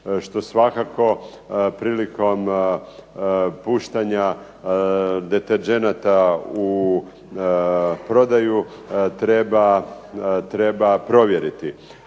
Što svakako puštanja deterdženata u prodaju treba provjeriti.